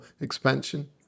expansion